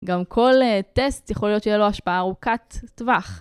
גם כל טסט יכול להיות שיהיה לו השפעה ארוכת טווח.